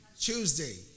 Tuesday